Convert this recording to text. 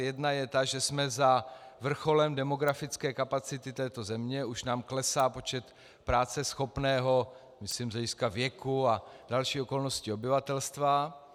Jedna je ta, že jsme za vrcholem demografické kapacity této země, už nám klesá počet práceschopného, myslím z hlediska věku a dalších okolností, obyvatelstva.